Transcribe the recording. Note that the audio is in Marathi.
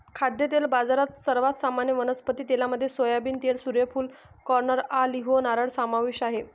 खाद्यतेल बाजारात, सर्वात सामान्य वनस्पती तेलांमध्ये सोयाबीन तेल, सूर्यफूल, कॉर्न, ऑलिव्ह, नारळ समावेश आहे